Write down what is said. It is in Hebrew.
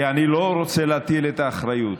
כי אני לא רוצה להטיל את האחריות.